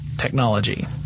Technology